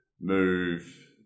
move